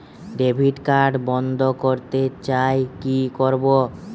Debit card বন্ধ করতে চাই কি করব?